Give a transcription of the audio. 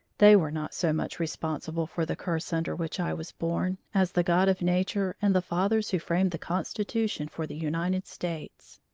they were not so much responsible for the curse under which i was born, as the god of nature and the fathers who framed the constitution for the united states.